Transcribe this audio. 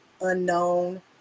unknown